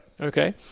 Okay